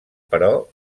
però